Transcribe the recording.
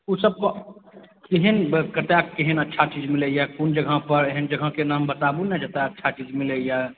ओ सबके केहन केतए केहन अच्छा चीज मिलैया कौन जगह पर एहेन जगहके नाम बताबु ने जेतए अच्छा चीज मिलैया